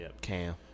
Cam